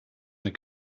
when